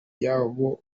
y’abo